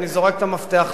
אני זורק את המפתח לים.